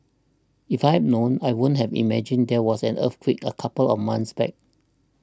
if I known I wouldn't have imagined there was an earthquake a couple of months back